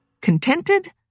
Contented